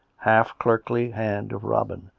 half-clerkly hand of robin,